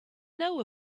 know